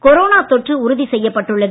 corona தொற்று உறுதி செய்யப்பட்டுள்ளது